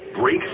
Break